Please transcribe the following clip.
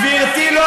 גברתי,